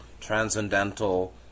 transcendental